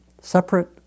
Separate